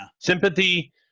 sympathy